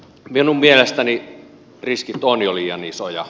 minun mielestäni riskit ovat jo liian isoja